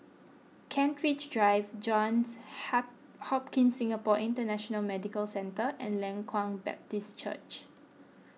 Kent Ridge Drive Johns Ha Hopkins Singapore International Medical Centre and Leng Kwang Baptist Church